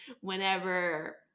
whenever